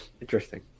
Interesting